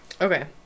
Okay